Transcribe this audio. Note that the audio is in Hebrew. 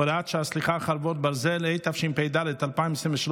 הוראת שעה, חרבות ברזל), התשפ"ד 2023,